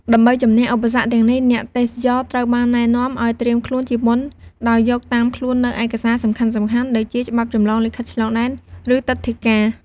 ដើម្បីជម្នះឧបសគ្គទាំងនេះ អ្នកទេសចរត្រូវបានណែនាំ ឲ្យត្រៀមខ្លួនជាមុន ដោយយកតាមខ្លួននូវឯកសារសំខាន់ៗ ដូចជាច្បាប់ចម្លងលិខិតឆ្លងដែន ឬទិដ្ឋាការ។